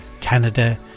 Canada